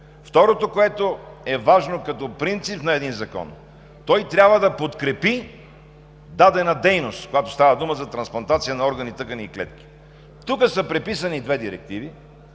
Второто, което е важно като принцип на един закон, е, че той трябва да подкрепи дадена дейност, когато става дума за трансплантация на органи, тъкани и клетки. Тук са преписани две директиви,